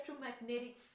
electromagnetic